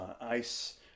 ice